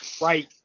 Right